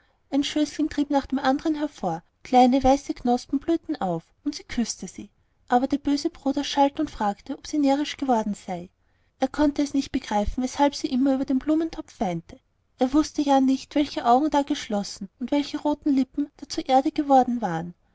ein schößling trieb nach dem andern hervor kleine weiße knospen blühten auf und sie küßte sie aber der böse bruder schalt und fragte ob sie närrisch geworden sei er konnte es nicht begreifen weshalb sie immer über den blumentopf weine er wußte ja nicht welche augen da geschlossen und welche roten lippen da zu erde geworden waren